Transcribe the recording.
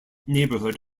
neighborhood